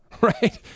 right